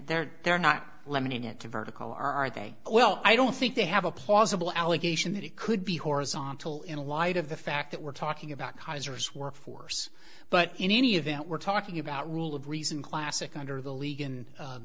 they're they're not limiting it to vertical are they well i don't think they have a plausible allegation that it could be horizontal in light of the fact that we're talking about kaiser's work force but in any event we're talking about rule of reason classic under the league and